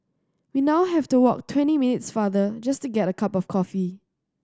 we now have to walk twenty minutes farther just to get a cup of coffee